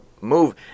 move